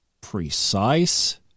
precise